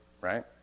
right